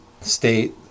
state